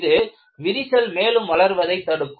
இது விரிசல் மேலும் வளர்வதை தடுக்கும்